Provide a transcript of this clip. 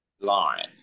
Lauren